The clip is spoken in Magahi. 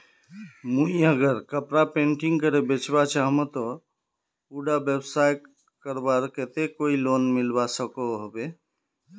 मुई अगर कपड़ा पेंटिंग करे बेचवा चाहम ते उडा व्यवसाय करवार केते कोई लोन मिलवा सकोहो होबे?